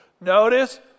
Notice